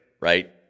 right